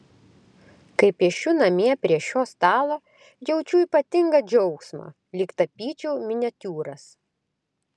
kai piešiu namie prie šio stalo jaučiu ypatingą džiaugsmą lyg tapyčiau miniatiūras